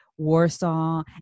Warsaw